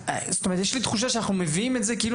יש לי תחושה שאנחנו מביאים את זה כאילו